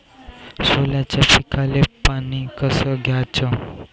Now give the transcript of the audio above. सोल्याच्या पिकाले पानी कस द्याचं?